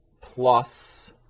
plus